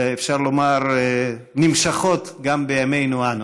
אפשר לומר שנמשכים גם בימינו אנו.